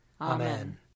Amen